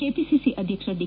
KPCC ಅಧ್ಯಕ್ಷ the